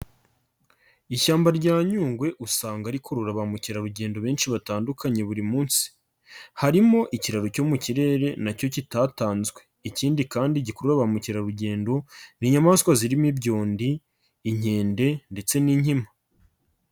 Ishyamba rya Nyungwe usanga rikurura ba mukerarugendo benshi batandukanye buri munsi. Harimo ikiraro cyo mu kirere na cyo kitatanzwe. Ikindi kandi gikurura ba mukerarugendo, ni inyamaswa zirimo ibyondi, inkende ndetse n'inkima.